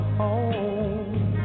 home